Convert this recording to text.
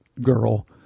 girl